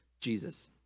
Jesus